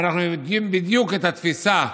אנחנו יודעים בדיוק את התפיסה,